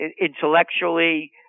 intellectually